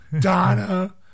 Donna